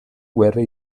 guerra